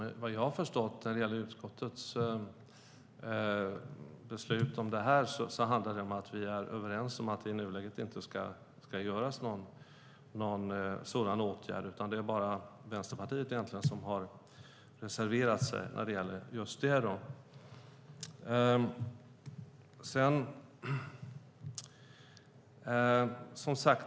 Såvitt jag har förstått utskottets beslut om detta handlar det om att vi är överens om att det i nuläget inte ska vidtas någon sådan åtgärd. Det är egentligen bara Vänsterpartiet som har reserverat sig när det gäller just detta.